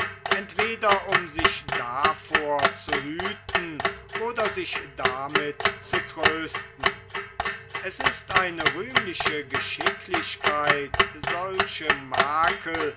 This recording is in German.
entweder um sich davor zu hüten oder sich damit zu trösten es ist eine rühmliche geschicklichkeit solche makel